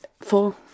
Four